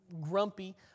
grumpy